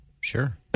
Sure